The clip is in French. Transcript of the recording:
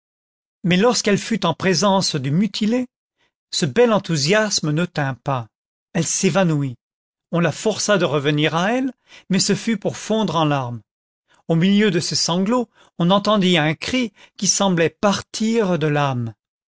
mais lorsqu'elle fut en présence du mutilé ce bel enthousiasme ne tint pas elle s'évanouit on la força de revenir à elle mais ce fut pour fondre en larmes au milieu de ses sanglots on entendit un cri qui semblait partir de l'âme